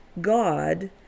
God